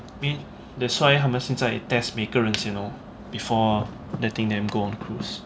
I mean that's why 他们现在 test 每一个人先 lor before letting them go on cruise